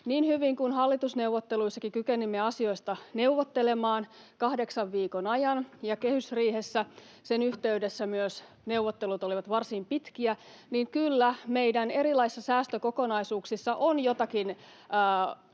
Niin hyvin kuin hallitusneuvotteluissakin kykenimme asioista neuvottelemaan kahdeksan viikon ajan — ja myös kehysriihen yhteydessä neuvottelut olivat varsin pitkiä — niin kyllä meidän erilaisissa säästökokonaisuuksissamme on joitakin